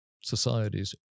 societies